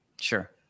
Sure